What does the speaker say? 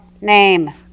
name